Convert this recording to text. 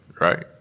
right